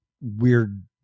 weird